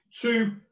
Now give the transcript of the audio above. two